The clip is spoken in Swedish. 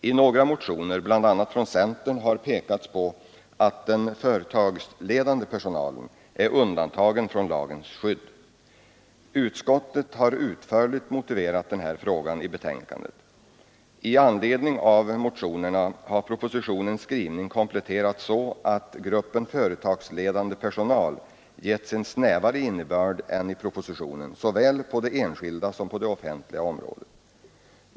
I några motioner, bl.a. från centern, har pekats på att den företagsledande personalen är undantagen från lagens skydd. Utskottet har utförligt belyst frågan i betänkandet. I anledning av motionerna har propositionens skrivning kompletterats, så att begreppet företagsledande personal getts en snävare innebörd än i propositionen såväl på det enskilda som på det offentliga området.